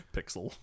Pixel